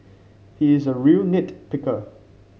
he is a real nit picker